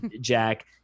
jack